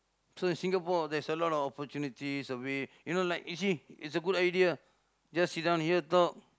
so in Singapore there's a lot of opportunity survey you know like you see it's a good idea just sit down here talk